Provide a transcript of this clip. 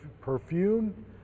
perfume